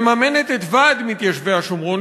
מממנת את ועד מתיישבי השומרון,